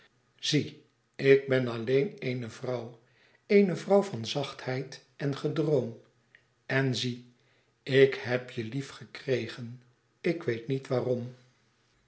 zie ik ben alleen eene vrouw eene vrouw van zachtheid en gedroom en zie ik heb je lief gekregen ik weet niet waarom